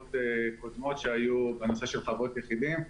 בישיבות קודמות בנושא של חוות יחידים,